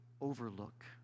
Overlook